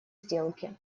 сделки